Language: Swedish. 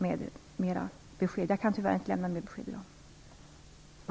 Något annat besked kan jag tyvärr inte ge i dag.